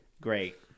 Great